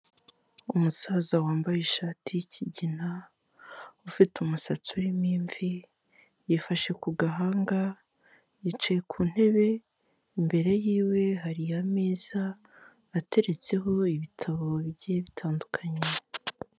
Umusaza wambaye ishati y'ikigina, ufite umusatsi urimo imvi, yifashe ku gahanga, yicaye ku ntebe, imbere yiwe hari ameza ateretseho ibitabo bigiye bitandukanye.